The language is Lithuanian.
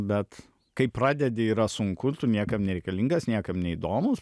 bet kai pradedi yra sunku tu niekam nereikalingas niekam neįdomus